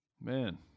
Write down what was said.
Man